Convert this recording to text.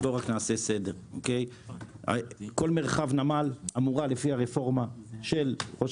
כל מרחב נמל אמורה לפי הרפורמה של ראש